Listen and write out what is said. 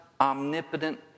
omnipotent